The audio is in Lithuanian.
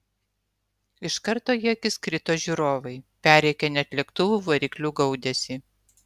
iš karto į akis krito žiūrovai perrėkę net lėktuvų variklių gaudesį